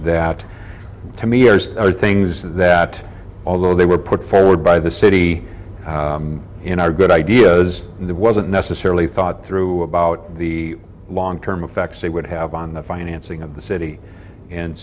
that to me are things that although they were put forward by the city in are good ideas there wasn't necessarily thought through about the long term effects they would have on the financing of the city and